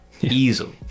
easily